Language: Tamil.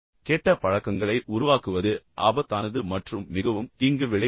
கெட்ட பழக்கங்களை உருவாக்குவது ஆபத்தானது மற்றும் மிகவும் தீங்கு விளைவிக்கும்